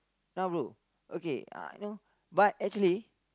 now bro okay uh know but actually